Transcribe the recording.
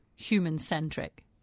human-centric